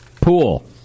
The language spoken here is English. Pool